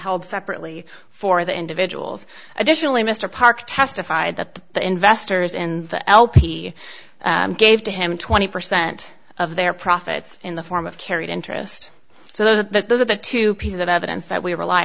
held separately for the individuals additionally mr park testified that the investors in the lp gave him twenty percent of their profits in the form of carried interest so that those are the two pieces of evidence that we rely